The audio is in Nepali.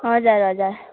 हजुर हजुर